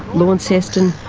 launceston,